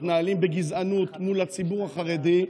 מתנהלים בגזענות מול הציבור החרדי.